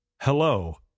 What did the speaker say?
Hello